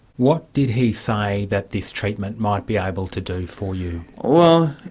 what did he say that this treatment might be able to do for you? well,